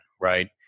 right